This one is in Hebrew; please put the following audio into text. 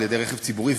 על-ידי רכב ציבורי,